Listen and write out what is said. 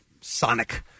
sonic